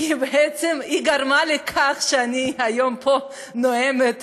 כי בעצם היא גרמה לכך שהיום אני נואמת